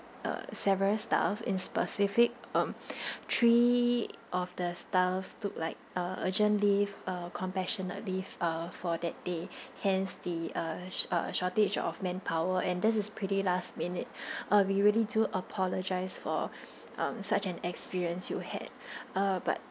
uh several staff in specific um three of the staff took like uh urgent leave uh compassionate leave uh for that day hence the uh uh shortage of manpower and this is pretty last minute uh we really do apologise for um such an experience you had uh but